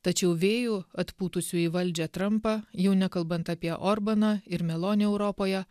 tačiau vėjų atpūtusių į valdžią trampą jau nekalbant apie orbaną ir meloni europoje